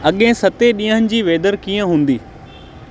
अॻिएं सतें ॾींहंनि जी वेदर कीअं हूंदी